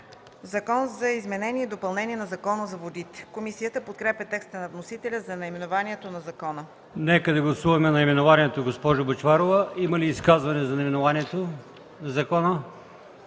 „Закон за изменение и допълнение на Закона за водите.” Комисията подкрепя текста на вносителя за наименованието на закона. ПРЕДСЕДАТЕЛ АЛИОСМАН ИМАМОВ: Нека да гласуваме наименованието, госпожо Бъчварова. Има ли изказвания за наименованието на закона?